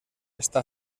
està